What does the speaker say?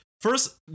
first